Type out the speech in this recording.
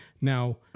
Now